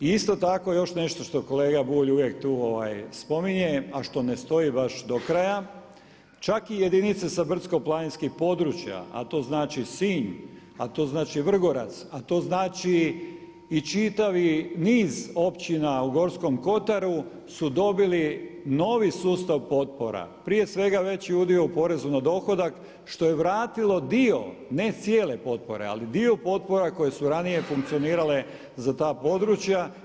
I isto tako još nešto što kolega Bulj uvijek tu spominje, a što ne stoji baš do kraja, čak i jedinice sa brdsko-planinskih područja a to znači Sinj, a to znači Vrgorac, a to znači i čitavi niz općina u Gorskom kotaru su dobili novi sustav potpora prije svega veći udio u porezu na dohodak što je vratilo dio ne cijele potpore, ali dio potpora koje su ranije funkcionirale za ta područja.